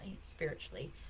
spiritually